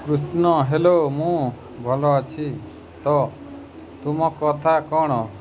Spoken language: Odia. କୃଷ୍ଣ ହ୍ୟାଲୋ ମୁଁ ଭଲ ଅଛି ତ ତୁମ କଥା କ'ଣ